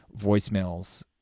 voicemails